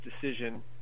decision